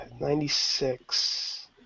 96